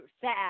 sad